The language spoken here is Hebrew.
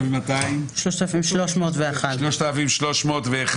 רוויזיה על הסתייגויות 3300-3281,